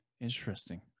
Interesting